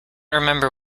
remember